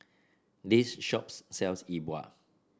this shop sells Yi Bua